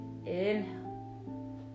inhale